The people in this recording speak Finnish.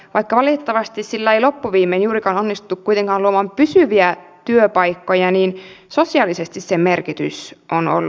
vaikka valitettavasti sillä ei loppuviimein juurikaan onnistuttu kuitenkaan luomaan pysyviä työpaikkoja niin sosiaalisesti sen merkitys on ollut suuri